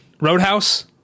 Roadhouse